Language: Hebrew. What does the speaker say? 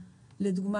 לדוגמה,